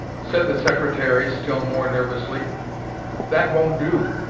said the secretary, still more nervously that won't do.